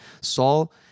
Saul